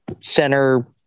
center